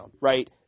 right